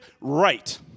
Right